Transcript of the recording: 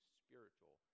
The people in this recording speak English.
spiritual